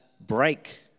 break